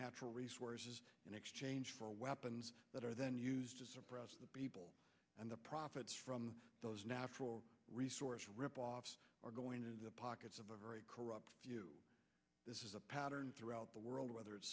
natural resources in exchange for weapons that are then used to suppress the people and the profits from those natural resource ripoffs or go into the pockets of a very corrupt this is a pattern throughout the world whether it's